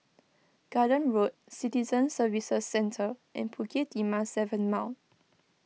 Garden Road Citizen Services Centre and Bukit Timah seven Mile